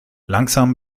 langsam